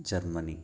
Germany